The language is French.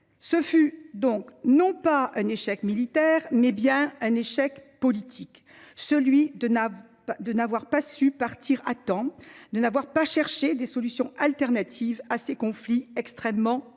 ne fut donc pas un échec militaire, mais bien un échec politique : celui de ne pas avoir su partir à temps et de ne pas avoir cherché des solutions alternatives à ces conflits extrêmement meurtriers.